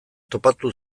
topatu